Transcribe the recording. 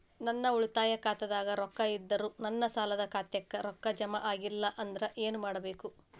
ನನ್ನ ಉಳಿತಾಯ ಖಾತಾದಾಗ ರೊಕ್ಕ ಇದ್ದರೂ ನನ್ನ ಸಾಲದು ಖಾತೆಕ್ಕ ರೊಕ್ಕ ಜಮ ಆಗ್ಲಿಲ್ಲ ಅಂದ್ರ ಏನು ಮಾಡಬೇಕು?